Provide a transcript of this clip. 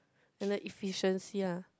and the efficiency lah